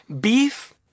beef